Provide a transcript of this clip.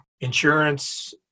insurance